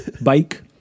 bike